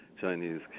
Chinese